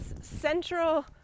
central